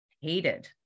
hated